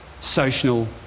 social